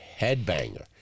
headbanger